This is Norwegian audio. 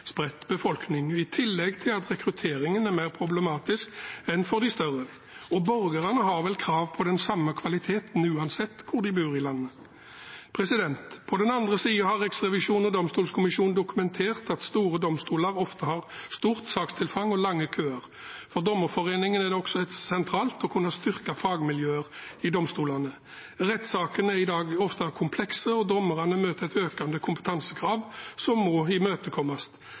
spredt befolkning, i tillegg til at rekrutteringen er mer problematisk enn for de større. Borgerne har vel krav på den samme kvaliteten uansett hvor de bor i landet? På den andre siden har Riksrevisjonen og domstolkommisjonen dokumentert at store domstoler ofte har stort sakstilfang og lange køer. For Dommerforeningen er det også sentralt å kunne styrke fagmiljøer i domstolene. Rettssakene er i dag ofte komplekse, og dommerne møter et økende kompetansekrav, som må imøtekommes.